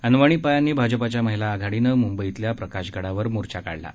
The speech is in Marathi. अनवाणी पायांनी भाजपाच्या महिला आघाडीनं मुंबईतल्या प्रकाशगडावर मोर्चा काढला आहे